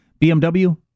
BMW